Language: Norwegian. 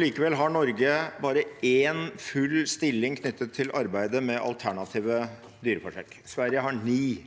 likevel har Norge bare én full stilling knyttet til arbeidet med alternativer til dyreforsøk. Sverige har ni.